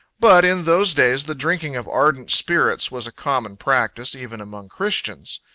but, in those days, the drinking of ardent spirits was a common practice, even among christians.